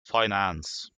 finance